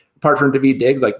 partner and to be dig's. like,